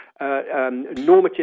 normative